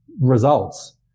results